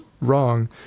wrong